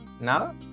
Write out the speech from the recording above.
Now